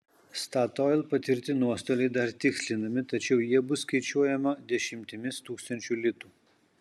statoil patirti nuostoliai dar tikslinami tačiau jie bus skaičiuojama dešimtimis tūkstančių litų